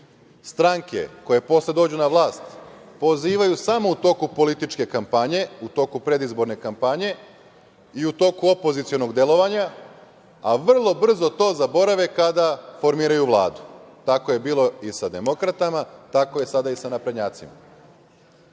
stranke koje posle dođu na vlast, pozivaju samo u toku političke kampanje, u toku predizborne kampanje i u toku opozicionog delovanja, a vrlo brzo to zaborave kada formiraju Vladu. Tako je bilo i sa demokratama, a tako je sada i sa naprednjacima. Nikad